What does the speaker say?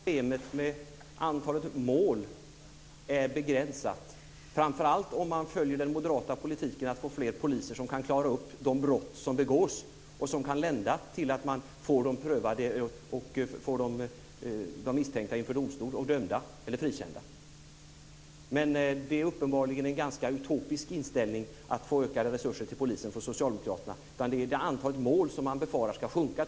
Fru talman! Jag tror att problemet med antalet mål är begränsat, framför allt om man följer den moderata politiken att få fler poliser som kan klara upp de brott som begås och som kan lända till att man får en prövning och får de misstänkta inför domstol dömda eller frikända. Uppenbarligen är det en ganska utopisk inställning att få ökade resurser till polisen från socialdemokraterna. Tydligen handlar det om antalet mål, som man befarar ska sjunka.